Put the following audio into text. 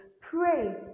pray